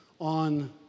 on